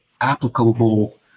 applicable